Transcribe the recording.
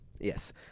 Yes